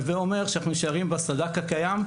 הווה אומר שאנחנו נשארים בסד"כ הקיים,